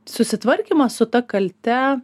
susitvarkymas su ta kalte